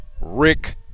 Rick